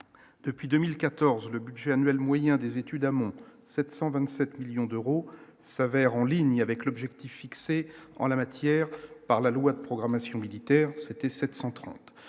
depuis 2014, le budget annuel moyen des études amont 727 millions d'euros s'avère en ligne avec l'objectif fixé en la matière par la loi de programmation militaire, c'était 730